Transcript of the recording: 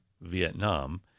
Vietnam